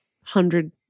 hundred